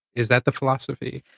is that the philosophy?